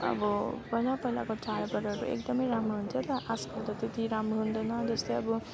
अब पहिला पहिलाको चाडबाडहरू एकदमै राम्रो हुन्थ्यो र आजकल त त्यति राम्रो हुँदैन जस्तै अब